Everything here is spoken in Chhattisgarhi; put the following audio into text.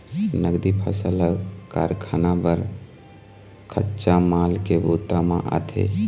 नगदी फसल ह कारखाना बर कच्चा माल के बूता म आथे